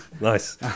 Nice